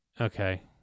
okay